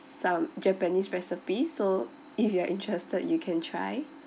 some japanese recipe so if you're interested you can try